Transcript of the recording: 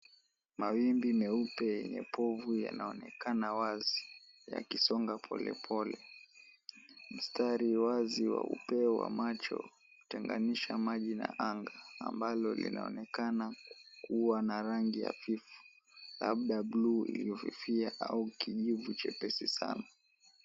Mawimbi meupe yenye povu yanaonekana wazi yakisonga polepole. Mstari wazi wa upeo wa macho kutenganisha maji na anga ambalo linaonekana kuwa na rangi hafifu, labda buluu iliyofifia au kijivu chepesi sana.